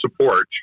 support